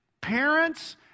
parents